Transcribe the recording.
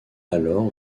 alors